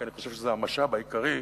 כי אני חושב שזה המשאב העיקרי.